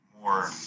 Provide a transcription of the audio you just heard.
more